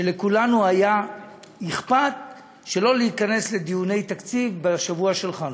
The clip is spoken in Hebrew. שלכולנו היה אכפת שלא להיכנס לדיוני תקציב בשבוע חנוכה.